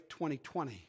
2020